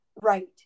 Right